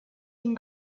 and